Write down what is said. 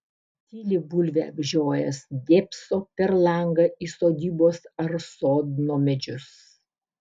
tyli bulvę apžiojęs dėbso per langą į sodybos ar sodno medžius